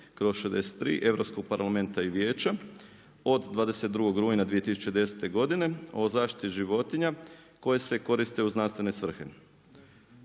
2010/63 Europskog parlamenta i Vijeća od 22. rujna 2010. godine o zaštiti životinja koje se koriste u znanstvene svrhe.